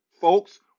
folks